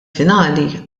finali